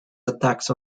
attacks